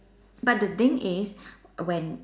but the thing is when